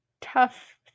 tough